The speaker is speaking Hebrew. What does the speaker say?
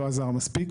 לא עזר מספיק,